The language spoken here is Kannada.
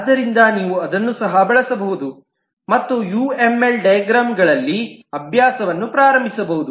ಆದ್ದರಿಂದ ನೀವು ಅದನ್ನು ಸಹ ಬಳಸಬಹುದು ಮತ್ತು ಯುಎಂಎಲ್ ಡೈಗ್ರಾಮ್ ಗಳಲ್ಲಿ ಅಭ್ಯಾಸವನ್ನು ಪ್ರಾರಂಭಿಸಬಹುದು